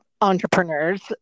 entrepreneurs